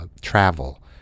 travel